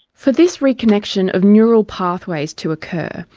for this reconnection of neural pathways to occur,